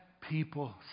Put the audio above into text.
people